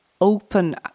open